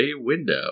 window